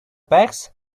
bags